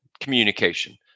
Communication